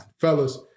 Fellas